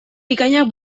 bikainak